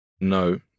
No